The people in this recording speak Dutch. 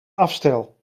afstel